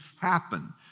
happen